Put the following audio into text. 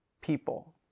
people